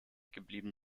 geblieben